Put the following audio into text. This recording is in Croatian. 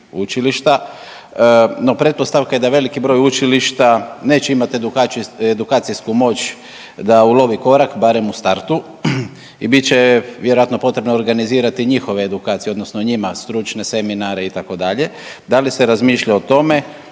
učilišta. No pretpostavka je da veliki broj učilišta neće imati edukacijsku moć da ulovi korak barem u startu i bit će vjerojatno potrebno organizirati njihove edukacije odnosno njima stručne seminare itd., da li se razmišlja o tome,